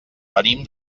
venim